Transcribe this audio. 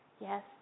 Yes